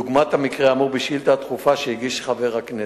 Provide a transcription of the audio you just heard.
דוגמת המקרה האמור בשאילתא הדחופה שהגיש חבר הכנסת.